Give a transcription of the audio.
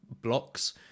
blocks